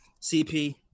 CP